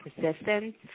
persistence